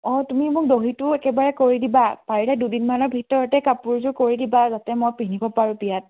অঁ তুমি মোক দহিটোও একেবাৰে কৰি দিবা পাৰিলে দুদিনমানৰ ভিতৰতে কাপোৰযোৰ কৰি দিবা যাতে মই পিন্ধিব পাৰোঁ বিয়াত